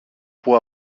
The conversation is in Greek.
που